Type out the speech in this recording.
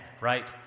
Right